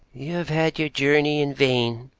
you have had your journey in vain,